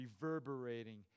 reverberating